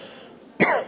להלן: